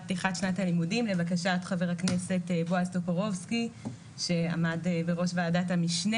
פתיחת שנת הלימודים לבקשת ח"כ בועז טופורובסקי שעמד בראש ועדת המשנה